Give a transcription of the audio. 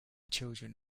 children